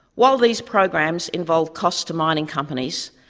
while these programs involve costs to mining companies,